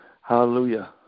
Hallelujah